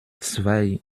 zwei